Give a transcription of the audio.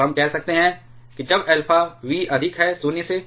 तो हम कह सकते हैं कि जब अल्फ़ा v अधिक है 0 से